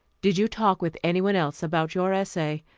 did you talk with anyone else about your essay?